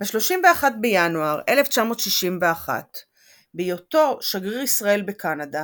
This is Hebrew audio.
ב-31 בינואר 1961 בהיותו שגריר ישראל בקנדה